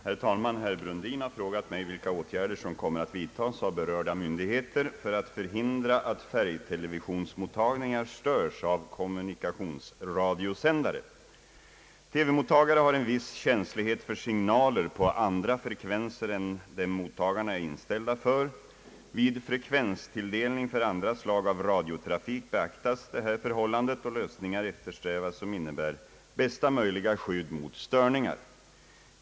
Herr talman! Herr Brundin har frågat mig vilka åtgärder som kommer att vidtas av berörda myndigheter för att förhindra att färgtelevisionsmottagningar störs av kommunikationsradiosändare. TV-mottagare har en viss känslighet för signaler på andra frekvenser än dem mottagarna är inställda för. Vid frekvenstilldelning för andra slag av radiotrafik beaktas detta förhållande, och lösningar eftersträvas som innebär bästa möjliga skydd mot störningar.